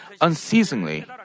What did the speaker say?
unceasingly